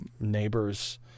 neighbors